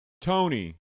Tony